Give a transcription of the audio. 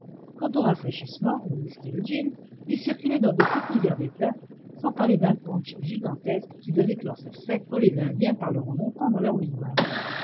aux rafraîchissements le whisky et le gin ils circulaient dans de petits verres d'étain sans parler d'un punch gigantesque qui devait clore cette fête dont les indiens parleront longtemps dans leurs